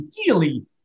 ideally